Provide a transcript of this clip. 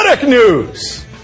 News